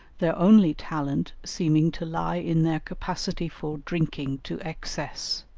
their only talent seeming to lie in their capacity for drinking to excess.